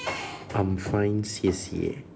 I'm fine 谢谢